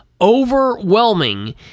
overwhelming